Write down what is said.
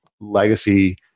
legacy